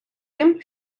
тим